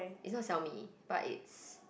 it's not Xiaomi but it's